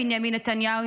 בנימין נתניהו,